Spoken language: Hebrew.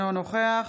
אינו נוכח